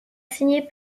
signé